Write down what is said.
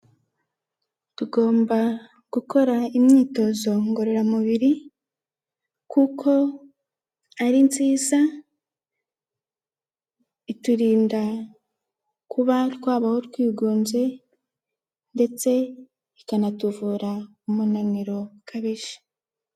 Tugomba gukora imyitozo ngororamubiri kuko ari nziza, iturinda kuba twabaho twigunze, ndetse ikanatuvura umunaniro ukabije.